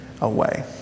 away